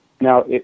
Now